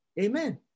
Amen